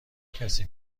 کسی